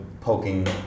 poking